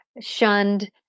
shunned